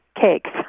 cakes